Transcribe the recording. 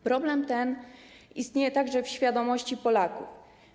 Problem ten istnieje także w świadomości Polaków.